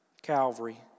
Calvary